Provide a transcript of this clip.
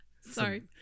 Sorry